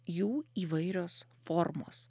jų įvairios formos